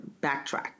backtrack